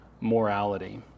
morality